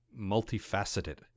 multifaceted